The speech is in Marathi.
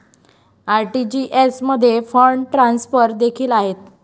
आर.टी.जी.एस मध्ये फंड ट्रान्सफर देखील आहेत